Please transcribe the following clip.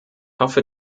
hoffe